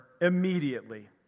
immediately